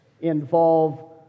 involve